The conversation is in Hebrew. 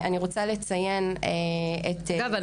אגב,